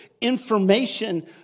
information